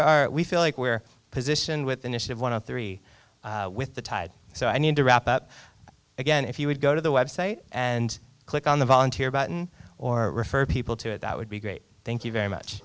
are we feel like we're position with initiative one and three with the tide so i need to wrap up again if you would go to the website and click on the volunteer boughton or refer people to it that would be great thank you very much